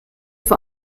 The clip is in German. vor